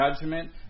judgment